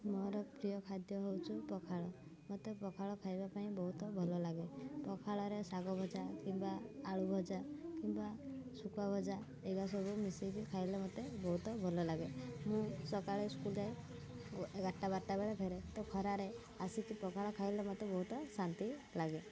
ମୋର ପ୍ରିୟ ଖାଦ୍ୟ ହେଉଛି ପଖାଳ ମୋତେ ପଖାଳ ଖାଇବା ପାଇଁ ବହୁତ ଭଲ ଲାଗେ ପଖାଳରେ ଶାଗ ଭଜା କିମ୍ବା ଆଳୁ ଭଜା କିମ୍ବା ଶୁଖୁଆ ଭଜା ଏଗୁଡ଼ା ସବୁ ମିଶେଇକି ଖାଇଲେ ମୋତେ ବହୁତ ଭଲ ଲାଗେ ମୁଁ ସକାଳେ ସ୍କୁଲ୍ ଯାଏ ଓ ଏଗାର ବାରଟା ବେଳେ ଫେରେ ତ ଖରାରେ ଆସିକି ପଖାଳ ଖାଇଲେ ମୋତେ ବହୁତ ଶାନ୍ତି ଲାଗେ